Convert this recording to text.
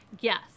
yes